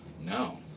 No